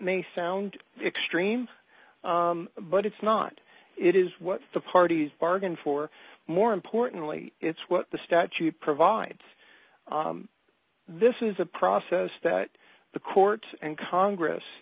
may sound extreme but it's not it is what the parties bargained for more importantly it's what the statute provides this is a process that the courts and congress